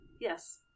Yes